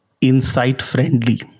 insight-friendly